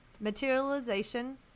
materialization